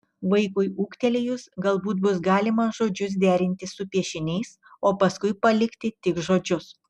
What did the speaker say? vaikui ūgtelėjus galbūt bus galima žodžius derinti su piešiniais o paskui palikti tik žodžius